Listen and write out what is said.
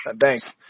Thanks